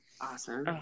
awesome